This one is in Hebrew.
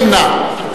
נמנע,